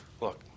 Look